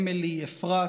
אמילי, אפרת,